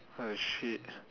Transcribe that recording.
what the shit